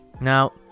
Now